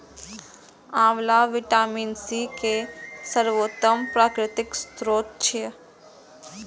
आंवला vitamin C के सर्वोत्तम प्राकृतिक स्रोत छियै